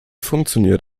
funktioniert